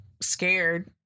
scared